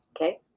Okay